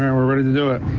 um and we're ready to do it.